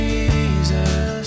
Jesus